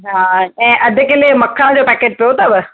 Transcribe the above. हा ऐं अधु किले जो मखण जो पैकेट पियो अथव